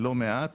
לא מעט